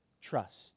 trust